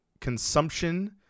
consumption